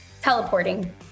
Teleporting